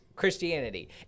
Christianity